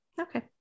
okay